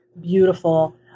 Beautiful